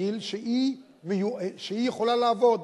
בגיל שהיא יכולה לעבוד.